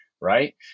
right